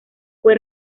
fue